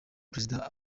perezida